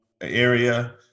area